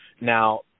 Now